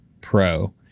Pro